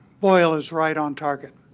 boyle is right on target.